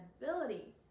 ability